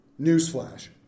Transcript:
Newsflash